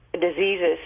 diseases